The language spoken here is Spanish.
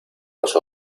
los